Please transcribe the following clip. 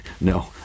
No